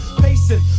Pacing